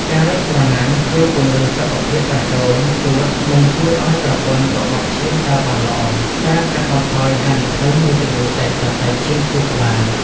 ការរត់ប្រណាំងជួយពង្រឹងសុខភាពបេះដូង សួត និងជួយឱ្យប្រព័ន្ធរបត់ឈាមដើរបានល្អ ដែលកាត់បន្ថយហានិភ័យនៃជំងឺដាច់សរសៃឈាមខួរក្បាល។